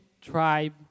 tribe